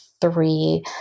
three